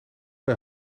bij